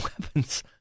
weapons